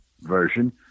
version